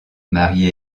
marie